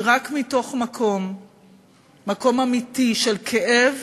כי רק מתוך מקום אמיתי, של כאב